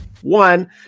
one